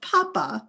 Papa